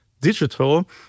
Digital